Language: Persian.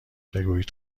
بگویید